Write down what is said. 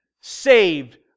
saved